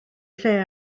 lle